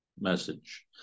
message